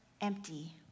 empty